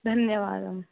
धन्यवादः